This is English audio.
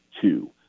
two